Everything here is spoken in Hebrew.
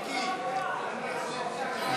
היושב-ראש?